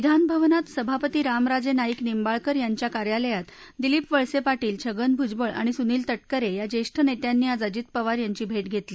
विधानभवनात सभापती रामराजे नाईक निंबाळकर यांच्या कार्यालयात दिलीप वळसे पाटील छगन भुजबळ आणि सुनिल तटकरे यां ज्येष्ठ नेत्यांनी आज अजित पवार यांची भेट घेतली